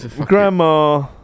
grandma